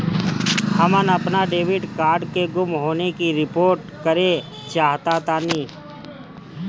हम अपन debit card के गुम होने की रिपोर्ट करे चाहतानी